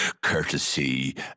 courtesy